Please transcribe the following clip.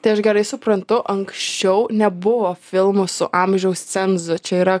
tai aš gerai suprantu anksčiau nebuvo filmų su amžiaus cenzu čia yra